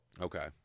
okay